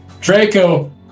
Draco